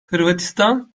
hırvatistan